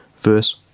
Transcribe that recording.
verse